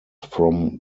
from